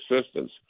assistance